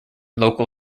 local